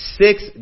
six